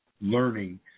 learning